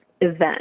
event